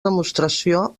demostració